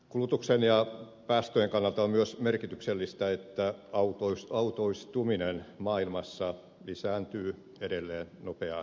kulutuksen ja päästöjen kannalta on myös merkityksellistä että autoistuminen maailmassa lisääntyy edelleen nopeaan tahtiin